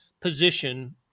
position